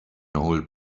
old